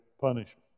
punishment